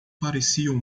pareciam